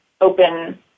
open